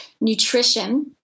Nutrition